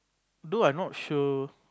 though I'm not sure